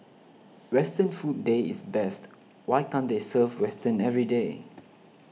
Western Food Day is best why can't they serve western everyday